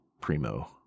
primo